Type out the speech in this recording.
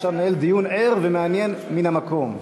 אפשר לנהל דיון ער ומעניין מן המקום.